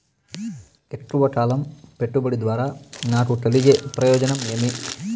ఎక్కువగా కాలం పెట్టుబడి ద్వారా నాకు కలిగే ప్రయోజనం ఏమి?